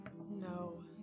no